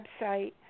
website